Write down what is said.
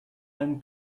allem